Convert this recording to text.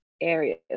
areas